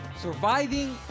Surviving